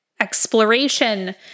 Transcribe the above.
Exploration